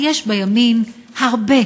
אז יש בימין הרבה